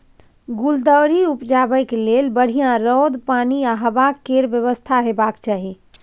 गुलदाउदी उपजाबै लेल बढ़ियाँ रौद, पानि आ हबा केर बेबस्था हेबाक चाही